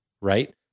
right